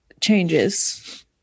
changes